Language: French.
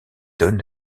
donne